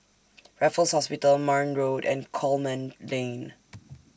Raffles Hospital Marne Road and Coleman Lane